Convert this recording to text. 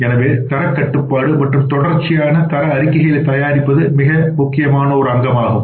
எனவே தரக் கட்டுப்பாடு மற்றும் தொடர்ச்சியான தர அறிக்கைகளைத் தயாரிப்பது மிக முக்கியமான அங்கமாகும்